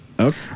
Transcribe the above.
Okay